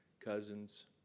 cousins